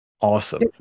awesome